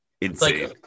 Insane